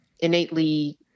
innately